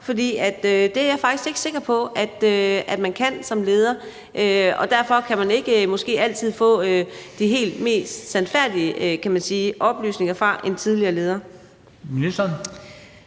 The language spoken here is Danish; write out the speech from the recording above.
for det er jeg faktisk ikke sikker på at man som leder kan. Derfor kan man måske ikke altid få de mest sandfærdige oplysninger fra en tidligere leder.